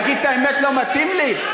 להגיד את האמת לא מתאים לי?